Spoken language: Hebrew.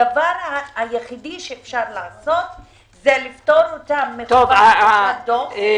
הדבר היחיד שאפשר לעשות זה לפטור אותן מהדוח ולבקש